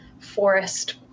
forest